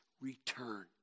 return